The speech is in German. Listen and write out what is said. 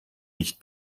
nicht